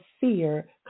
fear